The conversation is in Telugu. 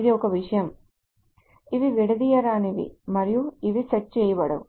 ఇది ఒక విషయం ఇవి విడదీయరానివి మరియు ఇవి సెట్ చేయబడవు